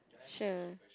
sure